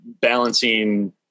balancing